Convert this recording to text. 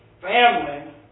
family